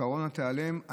שהקורונה תיעלם,